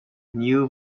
new